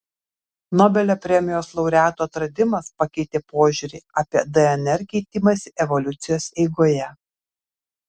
nobelio premijos laureatų atradimas pakeitė požiūrį apie dnr keitimąsi evoliucijos eigoje